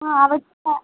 ആ അവിടുത്തെ